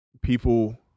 People